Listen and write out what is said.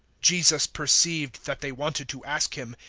jesus perceived that they wanted to ask him,